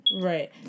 Right